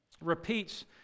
repeats